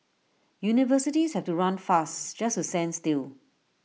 universities have to run fast just to stand still